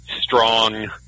strong